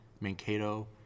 Mankato